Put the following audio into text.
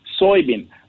soybean